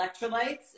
electrolytes